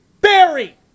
Barry